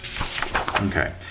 Okay